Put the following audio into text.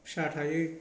फिसा थायो